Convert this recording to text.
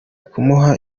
kumuha